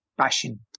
passion